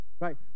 right